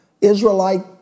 Israelite